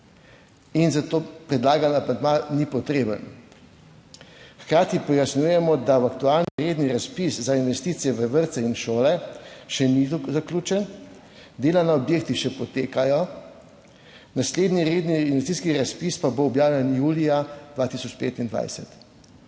in zato predlagan amandma ni potreben. Hkrati pojasnjujemo, da v aktualni redni razpis za investicije v vrtce in šole še ni zaključen, dela na objektih še potekajo, naslednji redni investicijski razpis pa bo objavljen julija 2025.